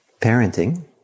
parenting